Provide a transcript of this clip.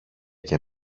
και